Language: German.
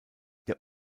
der